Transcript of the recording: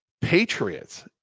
Patriots